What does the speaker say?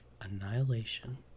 Annihilation